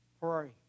pray